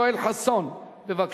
חבר הכנסת יואל חסון, בבקשה.